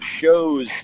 shows